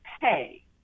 pay